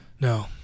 no